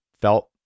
felt